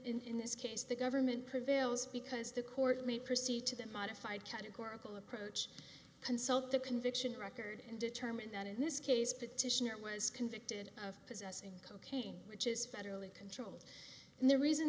government in this case the government prevails because the court may proceed to that modified categorical approach consult the conviction record and determine that in this case petitioner was convicted of possessing cocaine which is federally controlled and the reason